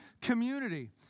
community